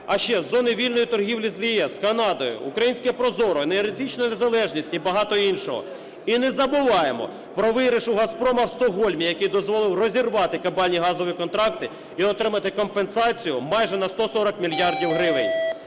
А ще: зони вільної торгівлі з ЄС, Канадою, українське ProZorro, енергетична незалежність і багато іншого. І не забуваємо про виграш у "Газпрому" в Стокгольмі, який дозволив розірвати кабальні газові контракти і отримати компенсацію майже на 140 мільярдів гривень.